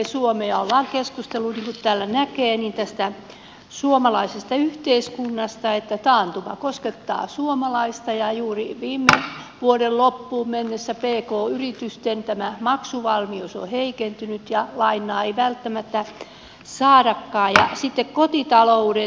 on keskusteltu niin kuin täältä näkee suomalaisesta yhteiskunnasta että taantuma koskettaa suomalaista ja juuri viime vuoden loppuun mennessä pk yritysten maksuvalmius on heikentynyt ja lainaa ei välttämättä saadakaan